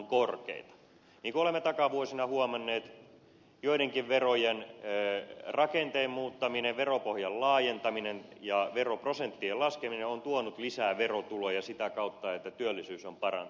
niin kuin olemme takavuosina huomanneet joidenkin verojen rakenteen muuttaminen veropohjan laajentaminen ja veroprosenttien laskeminen on tuonut lisää verotuloja sitä kautta että työllisyys on parantunut